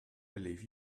believe